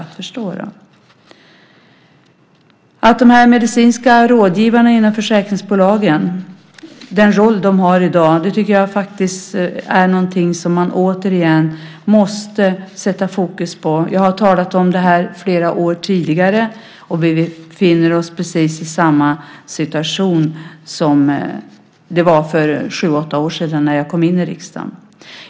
Den roll som de medicinska rådgivarna inom försäkringsbolagen har i dag är någonting som man återigen måste sätta fokus på. Jag har talat om det här i flera år, och vi befinner oss nu i precis samma situation som för sju åtta år sedan, när jag kom in i riksdagen.